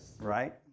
Right